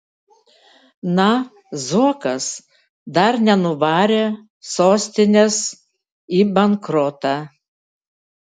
na zuokas dar nenuvarė sostinės į bankrotą